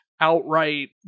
outright